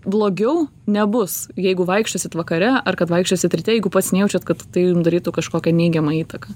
blogiau nebus jeigu vaikščiosit vakare ar kad vaikščiosit ryte jeigu pats nejaučiat kad tai jum darytų kažkokią neigiamą įtaką